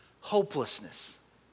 hopelessness